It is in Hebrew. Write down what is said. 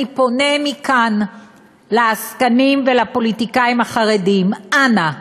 אני פונה מכאן לעסקנים ולפוליטיקאים החרדים, אנא,